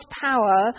power